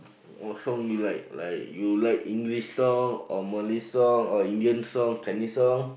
also like like you like English song or Malay song or Indian songs Chinese song